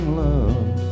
love